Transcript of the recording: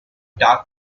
dark